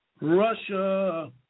Russia